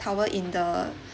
tower in the